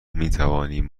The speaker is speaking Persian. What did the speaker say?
میتوانیم